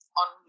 on